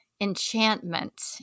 enchantment